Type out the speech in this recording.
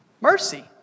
Mercy